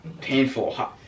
Painful